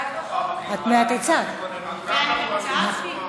ואני גם צעקתי.